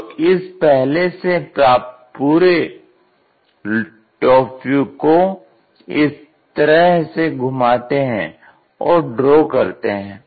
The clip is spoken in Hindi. तो इस पहले से प्राप्त पूरे टॉप व्यू को इस तरह से घुमाते हैं और ड्रॉ करते हैं